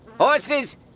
Horses